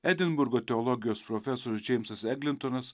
edinburgo teologijos profesorius džeimsas eglintonas